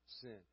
sin